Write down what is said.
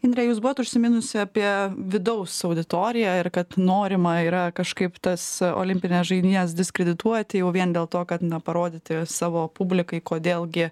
indre jūs buvot užsiminusi apie vidaus auditoriją ir kad norima yra kažkaip tas olimpines žaidynes diskredituoti jau vien dėl to kad na parodyti savo publikai kodėl gi